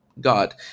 God